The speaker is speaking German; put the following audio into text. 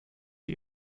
die